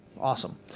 Awesome